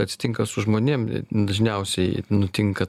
atsitinka su žmonėm dažniausiai nutinka